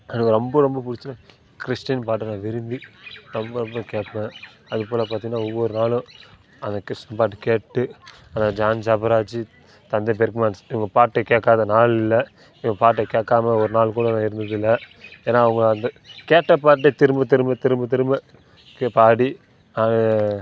எனக்கு ரொம்ப ரொம்ப பிடிச்ச கிறிஷ்டின் பாட்டை நான் விரும்பி ரொம்ப ரொம்ப கேட்பேன் அதுபோல் பார்த்தீன்னா ஒவ்வொரு நாளும் அந்த கிறிஷ்டின் பாட்டு கேட்டு அந்த ஜான் ஜபராஜு தந்தை பெர்க்மேன்ஸ் இவங்க பாட்டை கேட்காத நாள் இல்லை இவங்க பாட்டை கேட்காம ஒரு நாள் கூட நான் இருந்தது இல்லை ஏன்னால் அவங்க வந்து கேட்ட பாட்டே திரும்ப திரும்ப திரும்ப திரும்ப கே பாடி அவரு